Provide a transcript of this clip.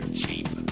cheap